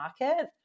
market